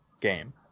game